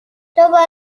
دوباره